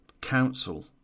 council